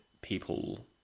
people